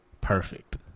perfect